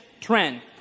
trend